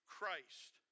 Christ